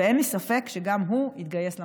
ואין לי ספק שגם הוא יתגייס למטרה.